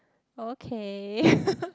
okay